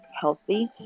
healthy